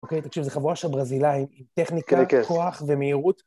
אוקיי? תקשיב, זו חבורה של ברזילאים עם טכניקה, כוח ומהירות.